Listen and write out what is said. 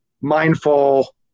mindful